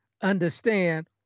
understand